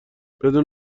بدون